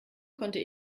konnte